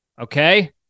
Okay